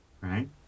right